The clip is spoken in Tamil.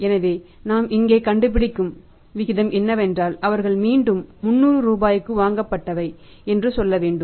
எனவே நாம் இங்கே கண்டுபிடிக்கும் விகிதம் என்னவென்றால் அவர்கள் மீண்டும் 300 ரூபாய்க்கு வாங்கப்பட்டவை என்று சொல்ல வேண்டும்